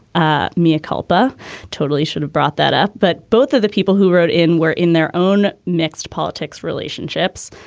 ah mea culpa totally should have brought that up. but both of the people who wrote in were in their own mixed politics relationships.